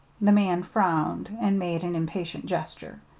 the man frowned, and made an impatient gesture.